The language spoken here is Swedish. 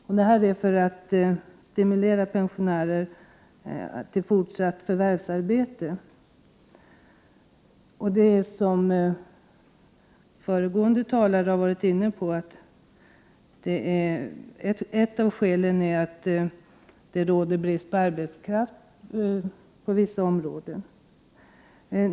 Man vill på detta sätt stimulera pensionärer till fortsatt förvärvsarbete. Som föregående talare har nämnt är ett av skälen att det råder brist på arbetskraft inom vissa områden.